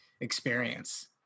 experience